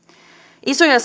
isoja